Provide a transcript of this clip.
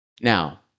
Now